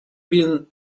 been